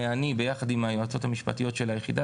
ואני יחד עם היועצות המשפטיות של היחידה